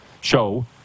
show